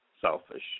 selfish